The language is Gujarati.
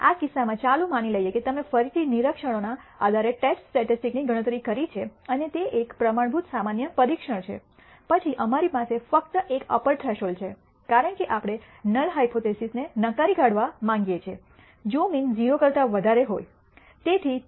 આ કિસ્સામાં ચાલો માની લઈએ કે તમે ફરીથી નિરીક્ષણોના આધારે ટેસ્ટ સ્ટેટિસ્ટિક્સની ગણતરી કરી છે અને તે એક પ્રમાણભૂત સામાન્ય પરીક્ષણ છે પછી અમારી પાસે ફક્ત એક અપર થ્રેશોલ્ડ છે કારણ કે આપણે નલ હાયપોથીસિસને નકારી કાઢવા માંગીએ છીએ જો મીન 0 કરતા વધારે હોય